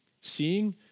seeing